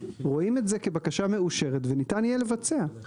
רואים את זה כבקשה מאושרת וניתן יהיה לבצע.